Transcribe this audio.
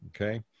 Okay